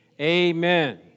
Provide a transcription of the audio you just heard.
amen